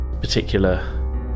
particular